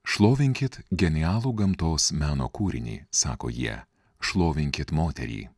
šlovinkit genialų gamtos meno kūrinį sako jie šlovinkit moterį